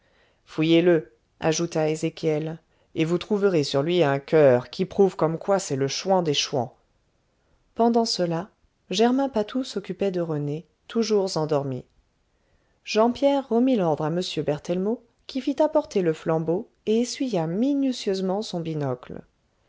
fouillez le ajouta ézéchiel et vous trouverez sur lui un coeur qui prouve comme quoi c'est le chouan des chouans pendant cela germain patou s'occupait de rené toujours endormi jean pierre remit l'ordre à m berthellemot qui fit apporter le flambeau et essuya minutieusement son binocle